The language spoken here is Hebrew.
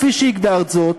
כפי שהגדרת זאת,